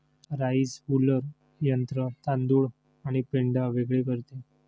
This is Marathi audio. राइस हुलर यंत्र तांदूळ आणि पेंढा वेगळे करते